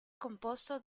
composto